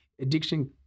addiction